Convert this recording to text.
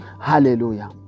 Hallelujah